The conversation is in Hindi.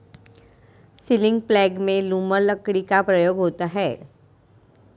सीलिंग प्लेग में लूमर लकड़ी का प्रयोग होता है